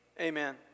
Amen